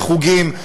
בחוגים,